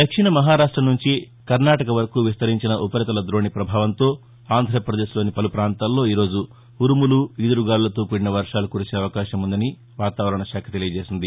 దక్షిణ మహారాష్ట నుంచి కర్ణాటక వరకు విస్తరించిన ఉపరితల దోణి పభావం తో ఆంధ్రపదేశ్ లోన్ పలు పాంతాల్లో ఈ రోజు ఉరుములు ఈదురుగాలులతో కూడిన వర్వాలు కురిసే అవకాశం ఉందని వాతావరణశాఖ తెలియజేసింది